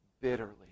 bitterly